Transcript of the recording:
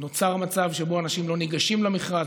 נוצר מצב שבו אנשים לא ניגשים למכרז,